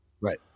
right